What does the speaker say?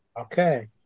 Okay